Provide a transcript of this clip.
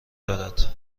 دارد